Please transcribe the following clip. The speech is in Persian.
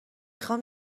خوام